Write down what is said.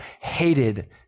hated